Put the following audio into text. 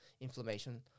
inflammation